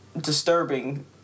disturbing